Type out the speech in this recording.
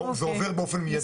זה עובר באופן מיידי.